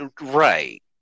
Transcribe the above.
Right